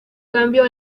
cambio